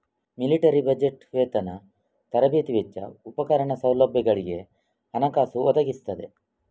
military budget ವೇತನ, ತರಬೇತಿ ವೆಚ್ಚ, ಉಪಕರಣ, ಸೌಲಭ್ಯಗಳಿಗೆ ಹಣಕಾಸು ಒದಗಿಸ್ತದೆ